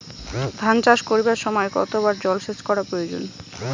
ধান চাষ করিবার সময় কতবার জলসেচ করা প্রয়োজন?